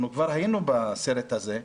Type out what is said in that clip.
כבר היינו בסרט הזה.